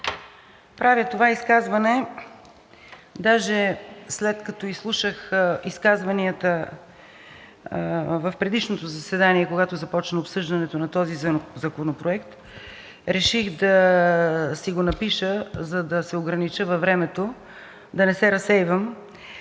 Правя това изказване, даже след като изслушах изказванията в предишното заседание, когато започна обсъждането на този законопроект. Реших да си го напиша, за да се огранича във времето, да не се разсейвам,